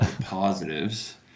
positives